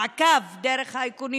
מעקב על בידוד דרך האיכונים,